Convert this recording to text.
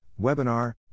webinar